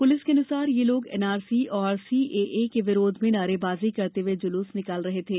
police के अनुसार ये लोग एनआरसी एवं सीएए के विरोध में नारेबाजी करते हुए जुलूस निकाल रहे थे